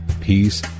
peace